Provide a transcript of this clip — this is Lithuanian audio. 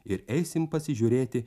ir eisim pasižiūrėti